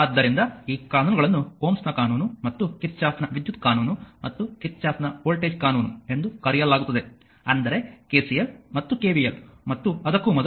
ಆದ್ದರಿಂದ ಈ ಕಾನೂನುಗಳನ್ನು Ω ನ ಕಾನೂನು ಮತ್ತು ಕಿರ್ಚಾಫ್ನ ವಿದ್ಯುತ್ ಕಾನೂನು ಮತ್ತು ಕಿರ್ಚಾಫ್ನ ವೋಲ್ಟೇಜ್ ಕಾನೂನು ಎಂದು ಕರೆಯಲಾಗುತ್ತದೆ ಅಂದರೆ KCL ಮತ್ತು KVL ಮತ್ತು ಅದಕ್ಕೂ ಮೊದಲು